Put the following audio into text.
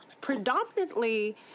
predominantly